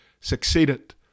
succeeded